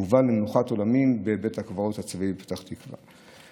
והובא למנוחת עולמים בבית הקברות הצבאי בפתח תקווה.